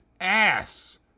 ass